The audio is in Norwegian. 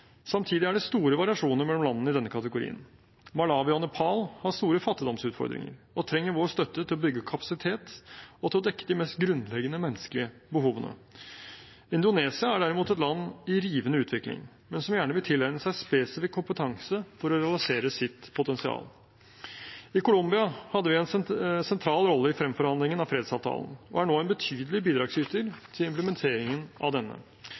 Samtidig er det store variasjoner mellom landene i denne kategorien. Malawi og Nepal har store fattigdomsutfordringer og trenger vår støtte til å bygge kapasitet og til å dekke de mest grunnleggende menneskelige behovene. Indonesia er derimot et land i rivende utvikling, men som gjerne vil tilegne seg spesifikk kompetanse for å realisere sitt potensial. I Colombia hadde vi en sentral rolle i fremforhandlingen av fredsavtalen og er nå en betydelig bidragsyter til implementeringen av denne,